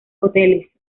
hoteles